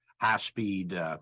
high-speed